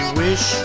wish